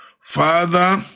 Father